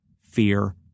fear